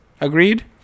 Agreed